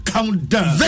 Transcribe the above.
Countdown